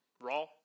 Raw